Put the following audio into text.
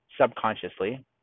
subconsciously